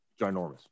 ginormous